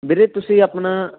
ਵੀਰੇ ਤੁਸੀਂ ਆਪਣਾ